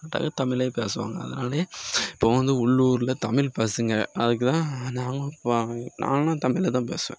தமிழ் பேசுவாங்க அதனால் இப்போ வந்து உள்ளுரில் தமில் பேசுங்க அதுக்குதான் அந்த அவங்க நான் ஆனால் தமிழில் தான் பேசுவேன்